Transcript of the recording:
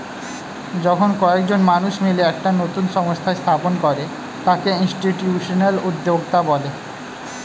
যখন কয়েকজন মানুষ মিলে একটা নতুন সংস্থা স্থাপন করে তাকে ইনস্টিটিউশনাল উদ্যোক্তা বলে